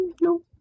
no